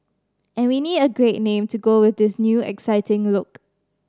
and we need a great name to go with this new exciting look